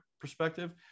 perspective